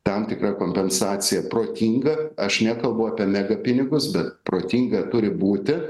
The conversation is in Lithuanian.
tam tikra kompensacija protinga aš nekalbu apie mega pinigus bet protinga turi būti